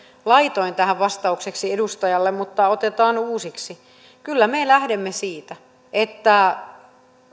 laitoin vastaukseksi edustajalle mutta otetaan uusiksi kyllä me lähdemme siitä että